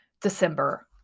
December